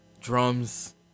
drums